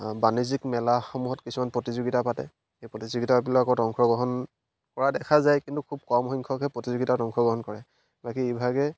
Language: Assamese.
বাণিজ্যিক মেলাসমূহত কিছুমান প্ৰতিযোগীতা পাতে সেই প্ৰতিযোগীতাবিলাকত অংশগ্ৰহণ কৰা দেখা যায় কিন্তু খুব কম সংখ্যকেহে প্ৰতিযোগীতাত অংশগ্ৰহণ কৰে বাকী ইভাগে